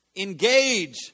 engage